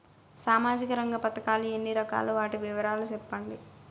సామాజిక రంగ పథకాలు ఎన్ని రకాలు? వాటి వివరాలు సెప్పండి